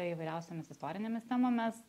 įvairiausiomis istorinėmis temomis